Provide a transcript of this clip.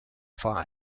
phi